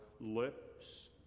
lips